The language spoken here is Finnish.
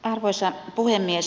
arvoisa puhemies